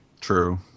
True